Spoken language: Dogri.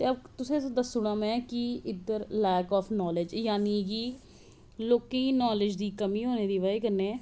तां में तुसेंगी दस्सी ओड़ां इध्दर लैक ऑफ नॉलेज़ जानि के लोकें गी नालेज़ होनें दी बज़ह् कन्नैं